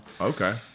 Okay